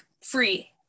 free